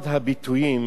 אחד הביטויים